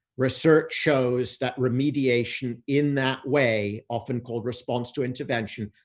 research shows that remediation in that way, often called response to intervention,